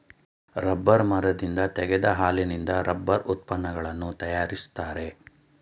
rubber ಮರದಿಂದ ತೆಗೆದ ಹಾಲಿನಿಂದ ರಬ್ಬರ್ ಉತ್ಪನ್ನಗಳನ್ನು ತರಯಾರಿಸ್ತರೆ